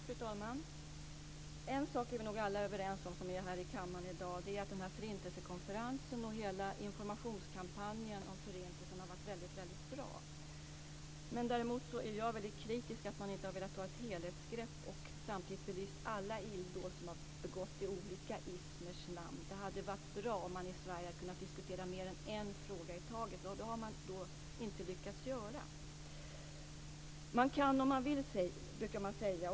Fru talman! En sak är nog alla vi som är i kammaren i dag överens om, det är att Förintelsekonferensen och hela informationskampanjen om Förintelsen har varit mycket bra. Däremot är jag väldigt kritisk mot att man inte har velat ta ett helhetsgrepp för att samtidigt belysa alla illdåd som har begåtts i olika ismers namn. Det hade varit bra om man i Sverige hade kunnat diskutera mer än en fråga i taget, men det har man inte lyckats göra. Man kan om man vill, brukar man säga.